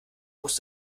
muss